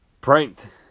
pranked